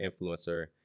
influencer